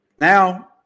now